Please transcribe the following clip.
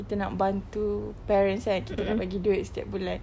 kita nak bantu parents kan kita nak bagi duit setiap bulan